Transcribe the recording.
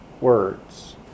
words